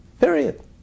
Period